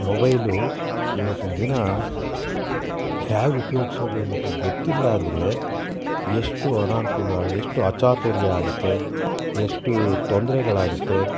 mobile ಇವತ್ತಿನ ದಿನ ಹ್ಯಾಗೆ ಉಪ್ಯೋಗ್ಸೋದು ಅನ್ನೋದು ಗೊತ್ತಿಲ್ಲ ಅಂದರೆ ಎಷ್ಟು ಅನನುಕೂಲ ಎಷ್ಟು ಅಚಾತುರ್ಯ ಆಗುತ್ತೆ ಎಷ್ಟು ತೊಂದರೆಗಳಾಗತ್ತೆ